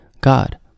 God